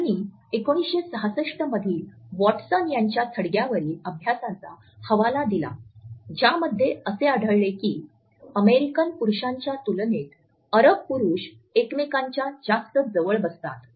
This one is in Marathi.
त्यांनी १९६६मधील वॉटसन यांच्या थडग्यांवरील अभ्यासाचा हवाला दिला ज्यामध्ये असे आढळले की अमेरिकन पुरुषांच्या तुलनेत अरब पुरुष एकमेकांच्या जास्त जवळ बसतात